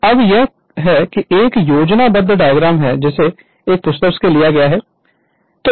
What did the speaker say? Refer Slide Time 0432 तो अब यह एक योजनाबद्ध डायग्राम है जिसे एक पुस्तक से लिया गया है